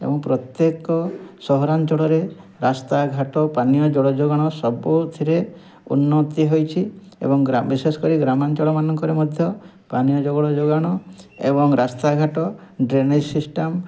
ଏବଂ ପ୍ରତ୍ୟେକ ସହରାଞ୍ଚଳରେ ରାସ୍ତାଘାଟ ପାନୀୟ ଜଳ ଯୋଗାଣ ସବୁଥିରେ ଉନ୍ନତି ହୋଇଛି ଏବଂ ଗ୍ରା ବିଶେଷ କରି ଗ୍ରମାଞ୍ଚଳମାନଙ୍କରେ ମଧ୍ୟ ପାନୀୟ ଜଗଳ ଯୋଗାଣ ଏବଂ ରାସ୍ତାଘାଟ ଡ୍ରେନେଜ୍ ସିଷ୍ଟମ୍